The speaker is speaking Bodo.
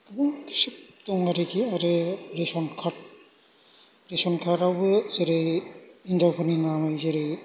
गोबां सब दं आरोखि आरो रेसन कार्ड रेसन कार्डआवबो जेरै हिनजावफोरनि नामै जेरै